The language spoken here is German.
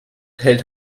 hält